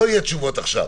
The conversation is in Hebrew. לא יהיו תשובות עכשיו.